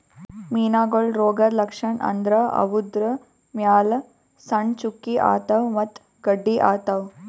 ಮೀನಾಗೋಳ್ ರೋಗದ್ ಲಕ್ಷಣ್ ಅಂದ್ರ ಅವುದ್ರ್ ಮ್ಯಾಲ್ ಸಣ್ಣ್ ಚುಕ್ಕಿ ಆತವ್ ಮತ್ತ್ ಗಡ್ಡಿ ಆತವ್